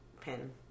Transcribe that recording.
pin